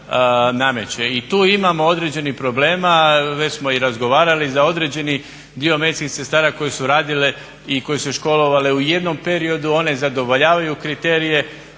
I tu imamo određenih problema i već smo razgovarali za određeni dio medicinskih sestara koje su radile i koje su se školovale u jednom periodu one zadovoljavaju kriterije,